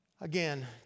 Again